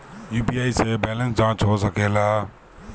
UPI से balance जाँच हो सके ला?